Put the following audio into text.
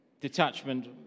detachment